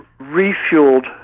refueled